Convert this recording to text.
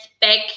back